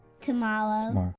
tomorrow